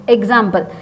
Example